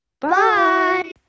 Bye